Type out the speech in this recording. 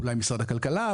אולי משרד הכלכלה,